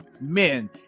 men